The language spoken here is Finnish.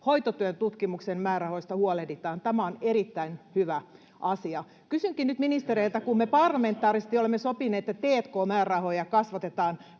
Hoitotyön tutkimuksen määrärahoista huolehditaan, tämä on erittäin hyvä asia. [Petri Honkosen välihuuto] Kysynkin nyt ministereiltä, kun me parlamentaarisesti olemme sopineet, että t&k-määrärahoja kasvatetaan